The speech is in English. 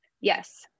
Yes